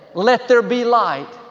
let there be light,